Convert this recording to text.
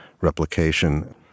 replication